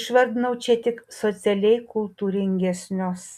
išvardinau čia tik socialiai kultūringesnius